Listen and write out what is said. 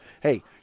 Hey